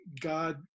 God